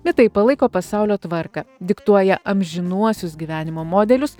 bet taip palaiko pasaulio tvarką diktuoja amžinuosius gyvenimo modelius